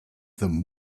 them